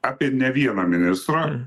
apie ne vieną ministrą